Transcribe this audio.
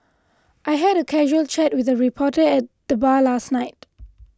I had a casual chat with a reporter at the bar last night